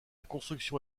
construction